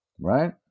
right